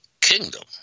kingdom